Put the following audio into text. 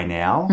now